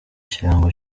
kirango